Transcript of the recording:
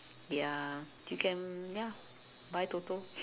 ya you can ya buy toto